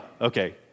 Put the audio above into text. okay